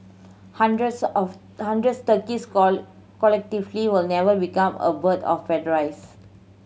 hundreds of hundreds turkeys collectively will never become a bird of paradise